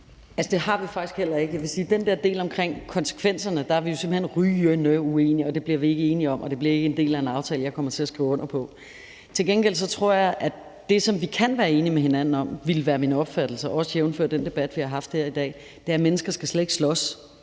vil sige, at den der del omkring konsekvenserne er vi simpelt hen rygende uenige om, og det bliver vi ikke enige om, og det bliver ikke en del af en aftale, jeg kommer til at skrive under på. Til gengæld tror jeg, at det, som vi kan være enige med hinanden om – det ville være min opfattelse, jævnfør også den debat, vi har haft her i dag – er, at mennesker slet ikke skal slås.